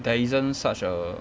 there isn't such a